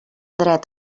dret